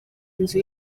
inzu